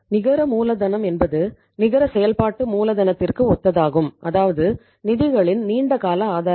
நிகர மூலதனம் என்பது நிகர செயல்பாட்டு மூலதனத்திற்கு ஒத்ததாகும் அதாவது நிதிகளின் நீண்ட கால ஆதாரங்கள்